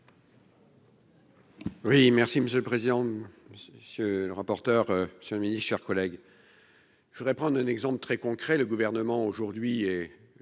Oui, merci Monsieur le Président. Ce le rapporteur sur le midi, chers collègues. Je voudrais prendre un exemple très concret, le gouvernement aujourd'hui et